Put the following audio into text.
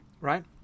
right